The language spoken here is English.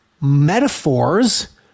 metaphors